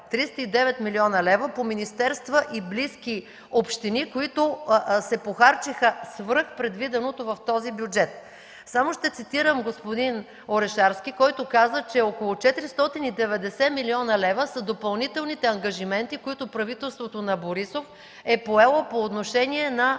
309 млн. лв., по министерства и близки общини, които се похарчиха свръх предвиденото в този бюджет. Само ще цитирам господин Орешарски, който каза, че около 490 млн. лв. са допълните ангажименти, които правителството на Борисов е поело по отношение на